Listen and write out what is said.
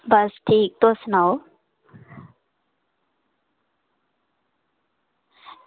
बस ठीक तुस सनाओ